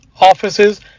offices